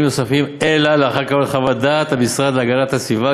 נוספים אלא לאחר קבלת חוות דעת המשרד להגנת הסביבה